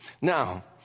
Now